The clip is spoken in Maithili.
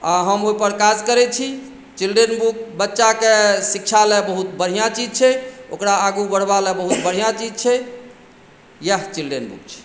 आ हम ओहिपर काज करै छी चिल्ड्रेन बुक बच्चा के शिक्षा लए बहुत बढ़िऑं चीज छै ओकरा आगू बढ़ेबा लए बहुत बढ़िऑं चीज छै इएह चिल्ड्रेन बुक छियै